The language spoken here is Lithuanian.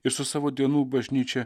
ir su savo dienų bažnyčia